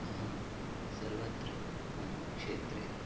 अहं सर्वत्र मम क्षेत्रे